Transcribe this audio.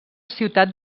ciutat